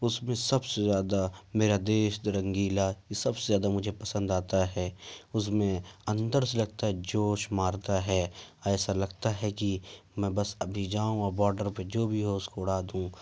اس میں سب سے زیادہ میرا دیش رنگیلا جو سب سے زیادہ مجھے پسند آتا ہے اس میں اندر سے لگتا ہے جوش مارتا ہے ایسا لگتا ہے کہ میں بس ابھی جاؤں اور بوڈر پہ جو بھی ہو اس کو اڑا دوں